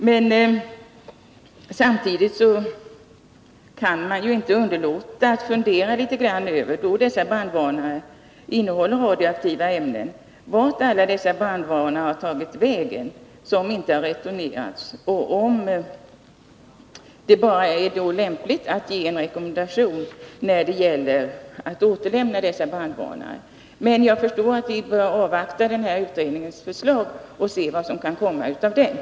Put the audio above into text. Men eftersom dessa brandvarnare innehåller radioaktiva ämnen, kan man inte låta bli att fundera över vart alla de brandvarnare har tagit vägen som inte har returnerats och om det är lämpligt med bara en rekommendation att lämna tillbaka dem. Jag förstår emellertid att det är lämpligt att avvakta utredningens resultat.